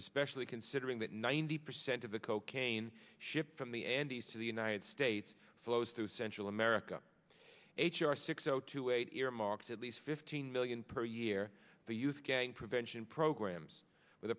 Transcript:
especially considering that ninety percent of the cocaine shipped from the andes to the united states flows through central america h r six zero two eight earmarks at least fifteen million per year for youth gang prevention programs with